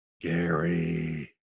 Gary